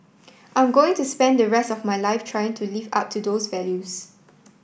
I'm going to spend the rest of my life trying to live up to those values